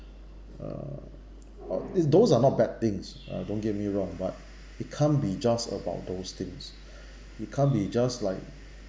uh ugh is those are no bad things uh don't get me wrong but it can't be just about those things it can't be just like